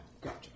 Gotcha